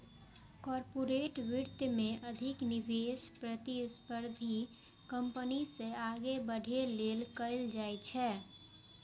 corporate वित्त मे अधिक निवेश प्रतिस्पर्धी कंपनी सं आगां बढ़ै लेल कैल जाइ छै